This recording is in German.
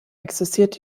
existiert